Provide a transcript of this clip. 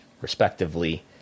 respectively